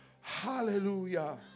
Hallelujah